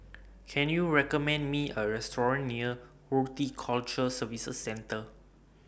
Can YOU recommend Me A Restaurant near Horticulture Services Centre